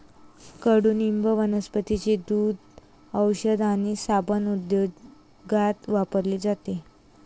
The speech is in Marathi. कडुनिंब वनस्पतींचे दूध, औषध आणि साबण उद्योगात वापरले जाते